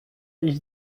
iść